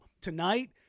tonight